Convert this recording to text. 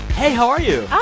hey. how are you? oh,